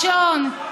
לשון,